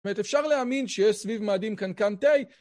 זאת אומרת, אפשר להאמין שיש סביב מאדים קנקן תה